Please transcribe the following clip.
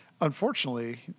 unfortunately